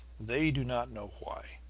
they do not know why.